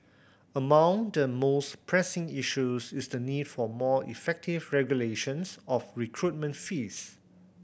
among the most pressing issues is the need for more effective regulations of recruitment fees